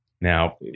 now